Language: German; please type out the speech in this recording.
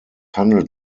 handelt